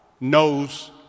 knows